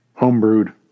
Homebrewed